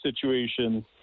situation